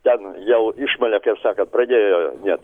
ten jau išmalė kaip sakant pradėjo net